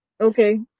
Okay